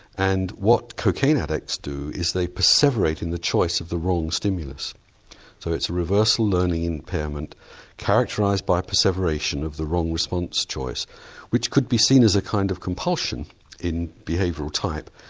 and what cocaine addicts do is they perseverate in the choice of the wrong stimulus so it's a reversal learning impairment characterised by perseveration of the wrong response choice which could be seen as a kind of compulsion in behavioural type.